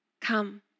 Come